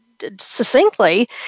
succinctly